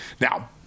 Now